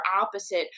opposite